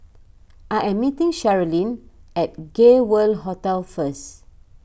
I am meeting Sherilyn at Gay World Hotel first